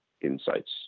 insights